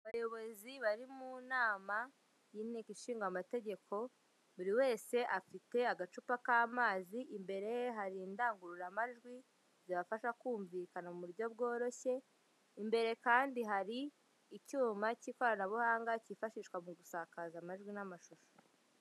Abayobozi bari munama y'intekonshingamategeko buri wese afite agacupa k'amazi imbere ye hari indangururamajwi ibafasha kumvikana muburyo bworoshye, imbere kandi hari icyuma cy'ikoranabuhanga kifashishwa mugusakaza amajwi n'amashusho.